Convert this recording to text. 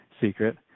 secret